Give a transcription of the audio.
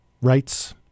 rights